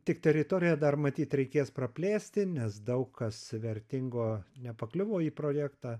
tik teritoriją dar matyt reikės praplėsti nes daug kas vertingo nepakliuvo į projektą